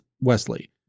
Wesley